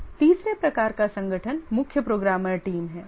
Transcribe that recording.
तीसरे प्रकार का संगठन मुख्य प्रोग्रामर टीम है